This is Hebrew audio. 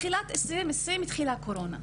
בתחילת 2020 התחילה הקורונה,